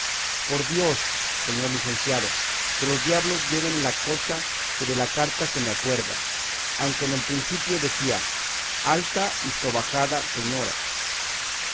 por dios señor licenciado que los diablos lleven la cosa que de la carta se me acuerda aunque en el principio decía alta y sobajada señora